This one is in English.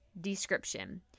description